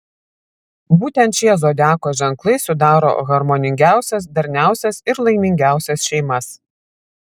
būtent šie zodiako ženklai sudaro harmoningiausias darniausias ir laimingiausias šeimas